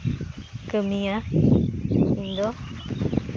ᱠᱟᱹᱢᱤᱭᱟ ᱤᱧᱫᱚ